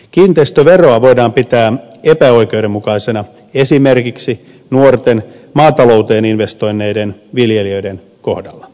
kiinteistöveroa voidaan pitää epäoikeudenmukaisena esimerkiksi nuorten maatalouteen investoineiden viljelijöiden kohdalla